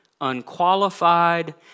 unqualified